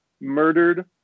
murdered